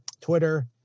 Twitter